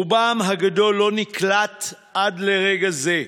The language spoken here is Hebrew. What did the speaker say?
רובם הגדול לא נקלטו עד לרגע זה.